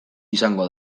izango